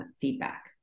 feedback